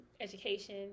education